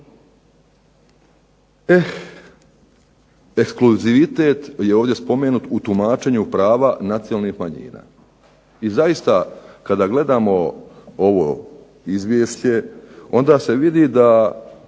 ekskluzivitet je ovdje spomenut u tumačenju prava nacionalnih manjina. I zaista kada gledamo ovo izvješće onda se vidi da